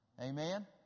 Amen